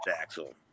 Axel